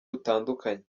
butandukanye